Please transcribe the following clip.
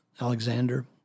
Alexander